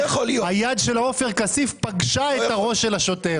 היד של עופר כסיף פגשה את הראש של השוטר.